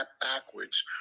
backwards